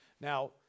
Now